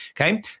Okay